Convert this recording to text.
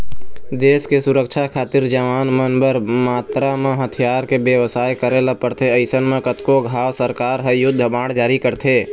देस के सुरक्छा खातिर जवान मन बर बने मातरा म हथियार के बेवस्था करे ल परथे अइसन म कतको घांव सरकार ह युद्ध बांड जारी करथे